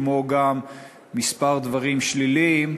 כמו גם מספר דברים שליליים,